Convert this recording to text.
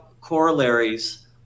corollaries